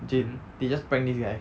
they just prank this guy